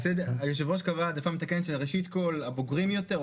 יושב הראש קבע העדפה מתקנת שראשית כל הבוגרים יותר,